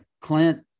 Clint